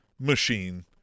machine